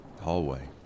Hallway